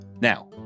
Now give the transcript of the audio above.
Now